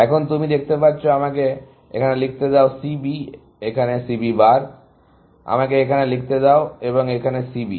এখন তুমি দেখতে পাচ্ছ আমাকে এখানে লিখতে দাও C B এখানে C B বার আমাকে এখানে লিখতে দাও এবং এখানে C b